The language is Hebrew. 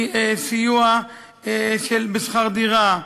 סיוע בשכר דירה,